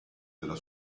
della